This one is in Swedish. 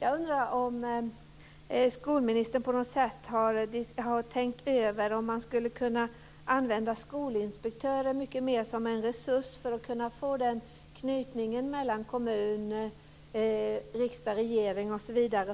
Jag undrar om skolministern på något sätt har funderat över om man skulle kunna använda skolinspektörerna mycket mer som en resurs för att kunna få den anknytningen mellan kommuner, riksdag och regering